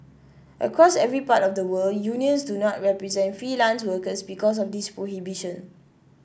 across every part of the world unions do not represent freelance workers because of this prohibition